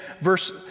verse